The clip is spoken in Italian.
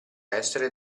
essere